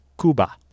Cuba